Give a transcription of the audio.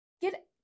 get